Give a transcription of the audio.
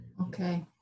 okay